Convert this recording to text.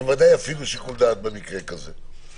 הם בוודאי יפעילו שיקול דעת במקרה כזה.